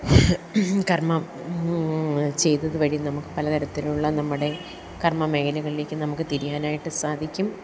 കർമ്മം ചെയ്തത് വഴി നമുക്ക് പല തരത്തിലുള്ള നമ്മുടെ കർമ്മ മേഖലകളിലേക്ക് നമുക്ക് തിരിയാനായിട്ട് സാധിക്കും